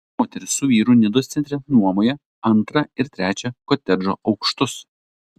moteris su vyru nidos centre nuomoja antrą ir trečią kotedžo aukštus